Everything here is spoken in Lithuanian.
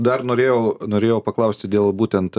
dar norėjau norėjau paklausti dėl būtent